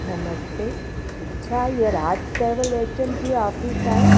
नमस्ते छा इहो Raj travel agency office आहे